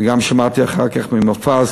וגם שמעתי אחר כך ממופז,